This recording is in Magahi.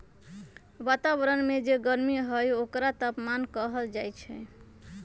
वतावरन में जे गरमी हई ओकरे तापमान कहल जाई छई